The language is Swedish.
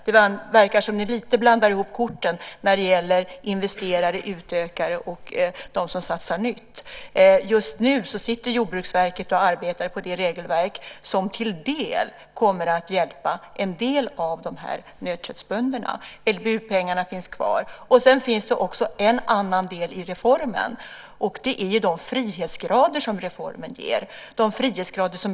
Det verkar som ni blandar ihop korten lite när det gäller investerare, utökare och de som satsar nytt. Just nu arbetar man inom Jordbruksverket på det regelverk som till en del kommer att hjälpa en del av nötköttsbönderna. LPU-pengarna finns kvar, och det finns också en annan del i reformen. Det är de frihetsgrader som reformen ger företagen.